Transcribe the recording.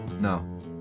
No